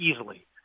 easily